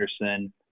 Anderson